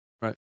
Right